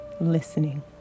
listening